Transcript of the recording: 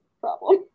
problem